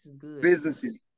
businesses